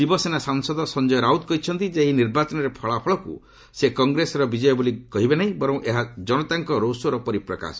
ଶିବସେନା ସାଂସଦ ସଂଜୟ ରାଉତ କହିଛନ୍ତି ଯେ ଏହି ନିର୍ବାଚନର ଫଳାଫଳକୁ ସେ କଂଗ୍ରେସର ବିଜୟ ବୋଲି କହିବେ ନାହିଁ ବର୍ଚ୍ଚ ଏହା କନତାଙ୍କ ରୋଷର ପରିପ୍ରକାଶ